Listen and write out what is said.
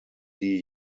die